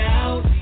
out